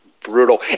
brutal